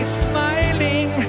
smiling